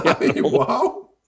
Wow